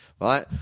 Right